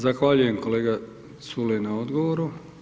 Zahvaljujem kolega Culej na odgovoru.